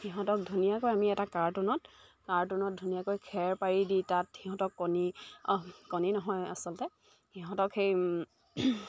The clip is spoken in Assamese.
সিহঁতক ধুনীয়াকৈ আমি এটা কাৰ্টুনত কাৰ্টুনত ধুনীয়াকৈ খেৰ পাৰি দি তাত সিহঁতক কণী কণী নহয় আচলতে সিহঁতক সেই